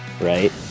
right